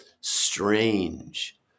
strange